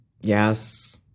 Yes